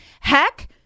Heck